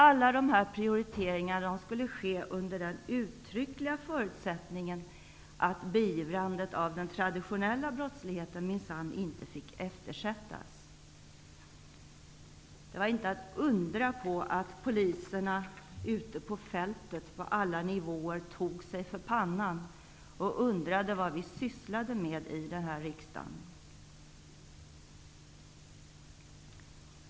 Alla dessa prioriteringar skulle ske under den uttryckliga förutsättningen att beivrandet av den traditionella brottsligheten minsann inte fick eftersättas. Det är inte att undra på att poliserna ute på fältet på alla nivåer tog sig för pannan och undrade vad vi sysslade med i den här riksdagen.